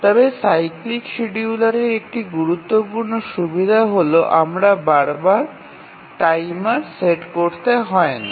তবে সাইক্লিক শিডিয়ুলারের একটি গুরুত্বপূর্ণ সুবিধা হল আমাদের বারবার টাইমার সেট করতে হয় না